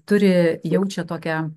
turi jaučia tokią